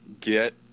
get